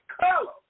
color